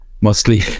mostly